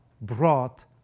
brought